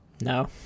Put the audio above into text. No